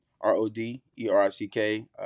r-o-d-e-r-i-c-k